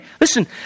Listen